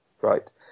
right